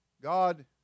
God